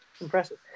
Impressive